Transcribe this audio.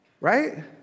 right